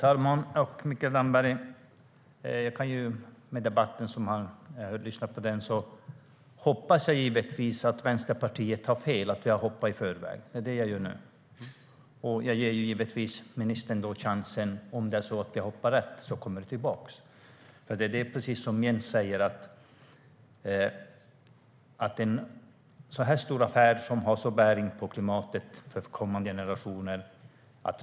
Fru talman! Jag har lyssnat på debatten, och jag hoppas givetvis att Vänsterpartiet har fel, och att vi har hoppat i förväg. Om det är så att vi har hoppat rätt ger jag ministern chansen att komma tillbaka. Det är precis som Jens säger, att riksdagen måste få säga sitt inför en så stor affär som har bäring på klimatet för kommande generationer.